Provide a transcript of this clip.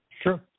Sure